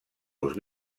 los